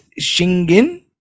Shingen